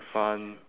fun